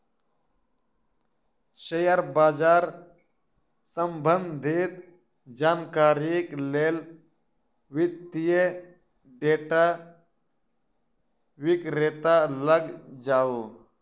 share बाजार सम्बंधित जानकारीक लेल वित्तीय डेटा विक्रेता लग जाऊ